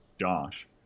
josh